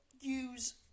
use